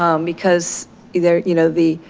um because either you know the